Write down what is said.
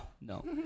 no